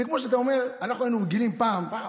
זה כמו שאתה אומר, אנחנו היינו רגילים פעם, פעם,